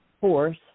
force